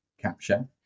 capture